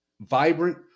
vibrant